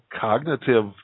cognitive